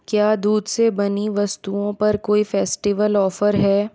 क्या दूध से बनी वस्तुओं पर कोई फेस्टिवल ऑफर है